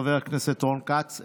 חבר הכנסת רון כץ,